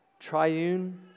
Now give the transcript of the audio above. Triune